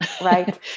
Right